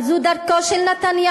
אבל זו דרכו של נתניהו,